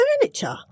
furniture